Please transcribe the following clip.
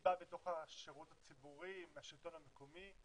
בא מתוך השירות הציבורי, מהשלטון המקומי,